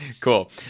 Cool